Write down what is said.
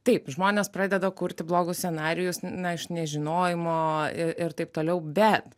taip žmonės pradeda kurti blogus scenarijus na iš nežinojimo ir taip toliau bet